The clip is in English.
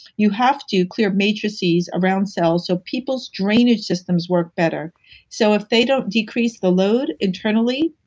you have to clear matrices around cells so people's drainage systems work better so if they don't decrease the load internally,